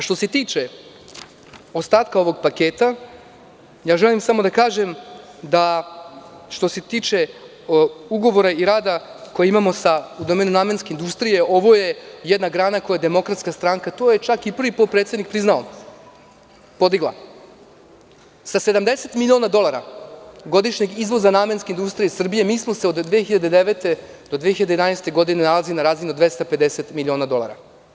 Što se tiče ostatka ovog paketa, želim samo da kažem, što se tiče ugovora i rada koji imamo u domenu namenske industrije, ovo je jedna grana koju je DS, a to je čak i prvi potpredsednik priznao, podigla sa 70.000.000 dolara godišnjeg izvoza namenske industrije Srbije, mi smo se od 2009. do 2011. godine nalazili na razini od 250.000.000 dolara.